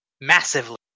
massively